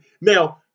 Now